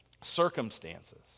circumstances